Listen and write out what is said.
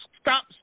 stop